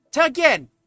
Again